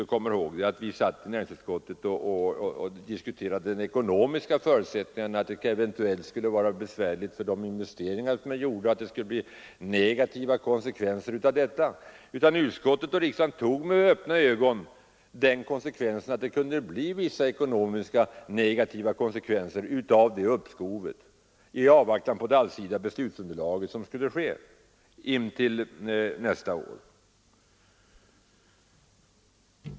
Jag kommer inte ihåg att vi satt i näringsutskottet och diskuterade de ekonomiska förutsättningarna, att det eventuellt skulle bli besvärligt med de investeringar som är gjorda, att det skulle få negativa konsekvenser i händelse av det uppskov som beslöts. Utskottet och riksdagen tog med öppna ögon risken att det kunde bli vissa ekonomiskt negativa konsekvenser av uppskovet i avvaktan på det allsidiga beslutsunderlag som skulle komma nästa år.